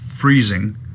freezing